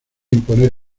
imponer